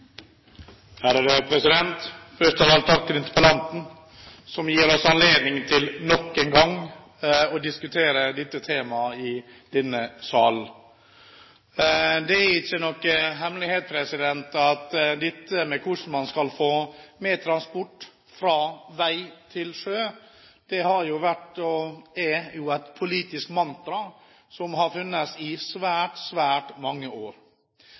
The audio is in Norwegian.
Først av alt: Takk til interpellanten, som gir oss anledning til nok en gang å diskutere dette temaet i denne sal. Det er ingen hemmelighet at dette med hvordan man skal få mer transport fra vei til sjø har vært – og er – et politisk mantra i svært, svært mange år.